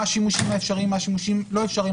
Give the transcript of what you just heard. מה השימושים האפשריים והלא-אפשריים,